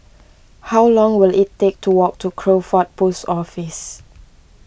how long will it take to walk to Crawford Post Office